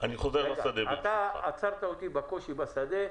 אתה עצרת אותי בקושי בשדה,